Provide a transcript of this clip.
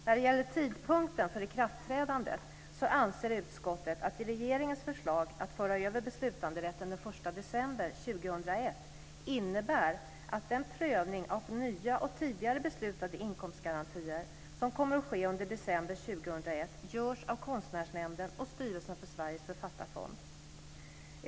När det gäller tidpunkten för ikraftträdandet innebär regeringens förslag att föra över beslutanderätten den 1 december 2001 att den prövning av nya och tidigare beslutade inkomstgarantier som kommer att ske under december 2001 görs av Konstnärsnämnden och styrelsen för Sveriges författarfond.